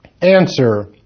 answer